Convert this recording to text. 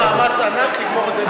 נעשה מאמץ ענק לגמור את זה,